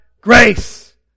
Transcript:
Grace